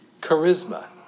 Charisma